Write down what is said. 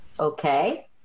Okay